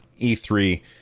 E3